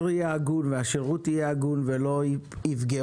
יהיה הגון והשירות יהיה הגון ולא יפגעו.